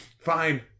Fine